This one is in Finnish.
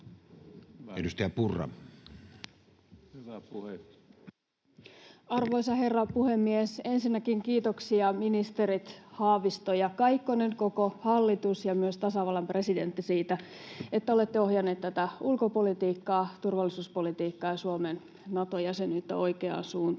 Arvoisa herra puhemies! Ensinnäkin kiitoksia, ministerit Haavisto ja Kaikkonen, koko hallitus ja myös tasavallan presidentti, siitä, että olette ohjanneet tätä ulkopolitiikkaa, turvallisuuspolitiikkaa ja Suomen Nato-jäsenyyttä oikeaan suuntaan.